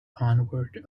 onward